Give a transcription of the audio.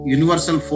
Universal